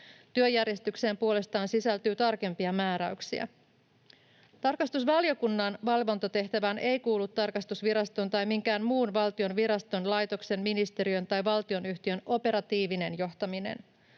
Työjärjestykseen puolestaan sisältyy tarkempia määräyksiä. Tarkastusvaliokunnan valvontatehtävään ei kuulu tarkastusviraston tai minkään muun valtion viraston, laitoksen, ministeriön tai valtionyhtiön operatiivinen johtaminen.